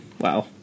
wow